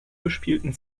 gespielten